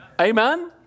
Amen